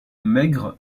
maigre